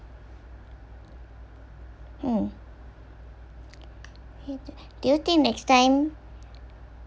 hmm d~ do you think next time